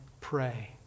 pray